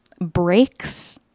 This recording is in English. breaks